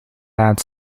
that